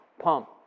pump